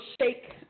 shake